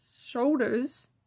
shoulders